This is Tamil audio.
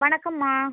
வணக்கம்மா